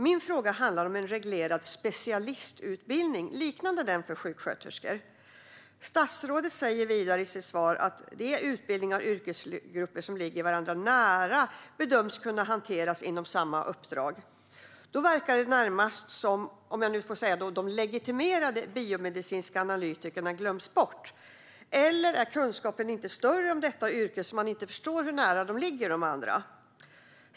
Min fråga handlar om en reglerad specialistutbildning, liknande den för sjuksköterskor. Statsrådet säger vidare i sitt svar att utbildning av yrkesgrupper som ligger varandra nära bedöms kunna hanteras inom samma uppdrag. Då verkar det närmast som om de legitimerade biomedicinska analytikerna glöms bort. Eller är kunskapen inte större om detta yrke, så att man inte förstår hur nära de andra det ligger?